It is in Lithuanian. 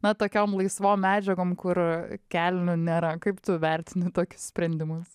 na tokiom laisvom medžiagom kur kelnių nėra kaip tu vertini tokį sprendimus